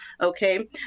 okay